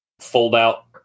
fold-out